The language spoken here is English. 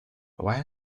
why